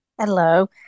Hello